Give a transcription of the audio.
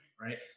right